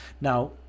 now